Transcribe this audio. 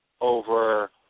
over